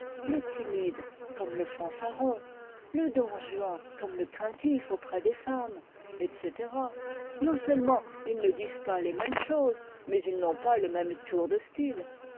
le timide comme le fanfaron le don juan comme le craintif auprès des femmes etc non seulement ils ne disent pas les mêmes choses mais ils n'ont pas le même tour de style